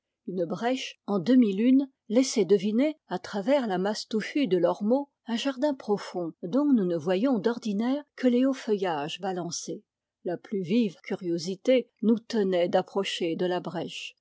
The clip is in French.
une brèche en demi-lune laissait deviner à travers la masse touffue de l'ormeau un jardin profond dont nous ne voyions d'ordinaire que les hauts feuillages balancés la plus vive curiosité nous tenait d'approcher de la brèche